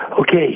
Okay